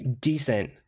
decent